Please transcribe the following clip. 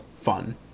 fun